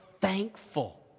thankful